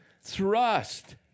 thrust